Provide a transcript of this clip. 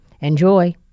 Enjoy